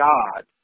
God